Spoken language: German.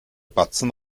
batzen